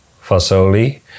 Fasoli